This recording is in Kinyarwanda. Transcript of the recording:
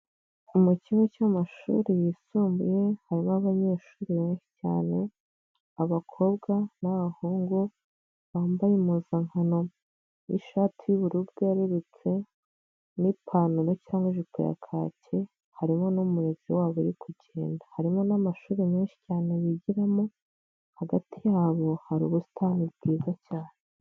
Mu kigo cy'amashuri yisumbuye harimo abanyeshuri benshi cyane, abakobwa n'abahungu bambaye impuzankano y'ishati y'ubururu bwerurutse n'ipantaro cyangwa ijipo ya kake, harimo n'umurezi wabo uri kugenda, harimo n'amashuri menshi cyane bigiramo hagati yabo hari ubusitani bwiza cyane.